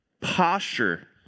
posture